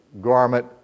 garment